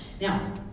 Now